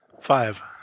Five